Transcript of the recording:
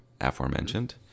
aforementioned